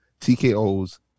TKO's